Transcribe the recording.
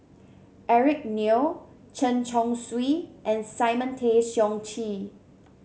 Eric Neo Chen Chong Swee and Simon Tay Seong Chee